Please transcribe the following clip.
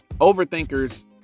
overthinkers